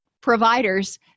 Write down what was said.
providers